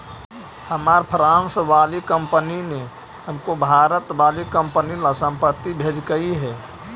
हमार फ्रांस वाली कंपनी ने हमको भारत वाली कंपनी ला संपत्ति भेजकई हे